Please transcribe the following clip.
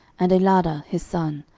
and eladah his son,